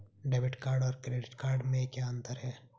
Debit card और credit card में क्या अंतर है?